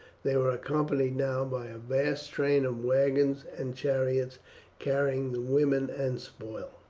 they were accompanied now by a vast train of wagons and chariots carrying the women and spoil.